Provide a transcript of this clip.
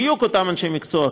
בדיוק אותם אנשי מקצוע,